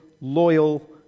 loyal